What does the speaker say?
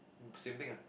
same thing ah